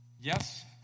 yes